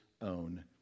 own